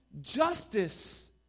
justice